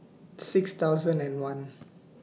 six thousand and one